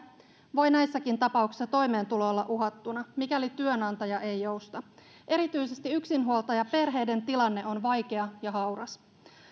voi näissäkin tapauksissa toimeentulo olla uhattuna mikäli työnantaja ei jousta erityisesti yksinhuoltajaperheiden tilanne on vaikea ja hauras